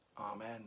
Amen